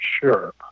sure